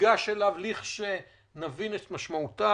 ככזה שניגש אליו כשנבין את משמעויותיו,